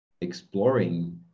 exploring